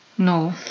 No